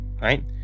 right